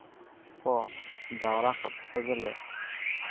ᱠᱚ ᱡᱟᱣᱨᱟ ᱠᱚᱨᱛᱮ ᱜᱮᱞᱮ